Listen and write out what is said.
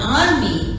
army